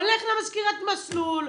הולך למזכירת מסלול,